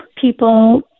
people